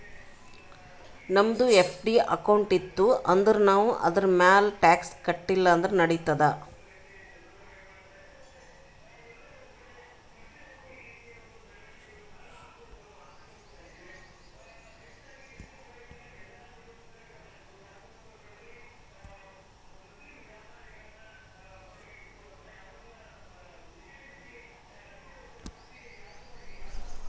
ನಮ್ದು FD account ಇತ್ತು ಅಂದುರ್ ನಾವ್ ಅದುರ್ಮ್ಯಾಲ್ ಟ್ಯಾಕ್ಸ್ ಕಟ್ಟಿಲ ಅಂದುರ್ ನಡಿತ್ತಾದ್